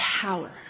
power